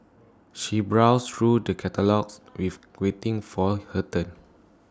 she browsed through the catalogues wave waiting for her turn